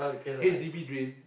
H_D_B drain